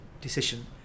decision